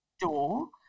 door